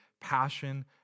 passion